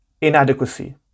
inadequacy